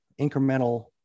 incremental